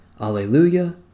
Alleluia